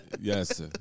Yes